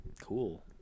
Cool